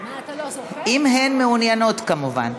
אם הן מעוניינות, כמובן.